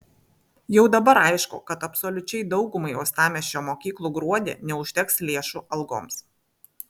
jau dabar aišku kad absoliučiai daugumai uostamiesčio mokyklų gruodį neužteks lėšų algoms